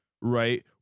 right